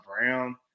Brown